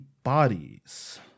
bodies